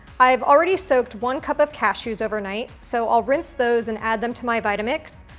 i've already soaked one cup of cashews overnight so i'll rinse those and add them to my vitamix,